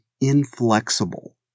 inflexible